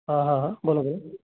हा हा हा बोला बोला